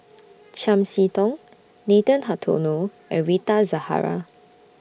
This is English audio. Chiam See Tong Nathan Hartono and Rita Zahara